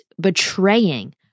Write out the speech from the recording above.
betraying